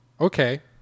Okay